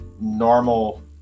normal